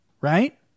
right